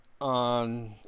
on